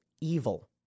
evil